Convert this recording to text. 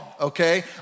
okay